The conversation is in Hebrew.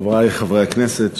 בוקר טוב, חברי חברי הכנסת,